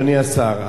אדוני השר,